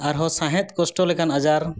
ᱟᱨᱦᱚᱸ ᱥᱟᱦᱮᱸᱫ ᱠᱚᱥᱴᱚ ᱞᱮᱠᱟᱱ ᱟᱡᱟᱨ